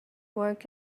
work